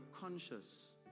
conscious